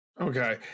Okay